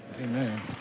Amen